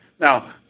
Now